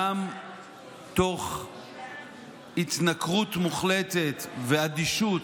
גם תוך התנכרות מוחלטת ואדישות